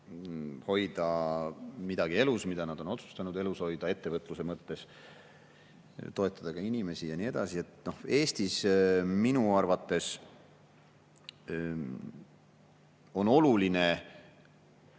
hoida elus midagi, mida nad on otsustanud elus hoida ettevõtluse mõttes, toetada ka inimesi ja nii edasi. Eestis on minu arvates oluline